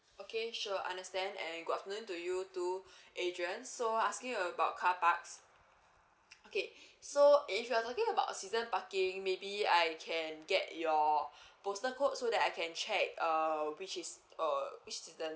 okay sure understand and good afternoon to you too adrian so asking you about car parks okay so if you are talking about season parking maybe I can get your postal code so that I can check err which is uh which is the